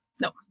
no